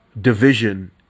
division